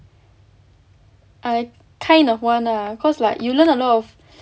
I kind of want lah cause like you learn a lot of